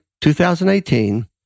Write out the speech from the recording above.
2018